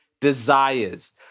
desires